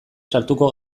sartuko